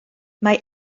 mae